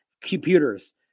computers